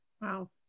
Wow